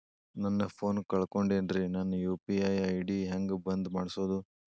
ನನ್ನ ಫೋನ್ ಕಳಕೊಂಡೆನ್ರೇ ನನ್ ಯು.ಪಿ.ಐ ಐ.ಡಿ ಹೆಂಗ್ ಬಂದ್ ಮಾಡ್ಸೋದು?